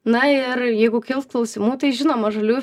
na ir jeigu kils klausimų tai žinoma žaliųjų